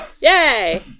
Yay